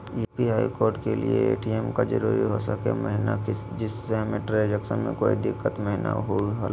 UPI code के लिए ATM का जरूरी हो सके महिना जिससे हमें ट्रांजैक्शन में कोई दिक्कत महिना हुई ला?